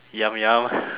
yum yum